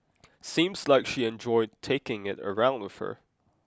seems like she enjoyed taking it around with her